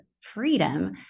freedom